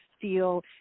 feel